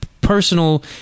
personal